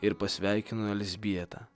ir pasveikino elzbietą